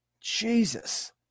Jesus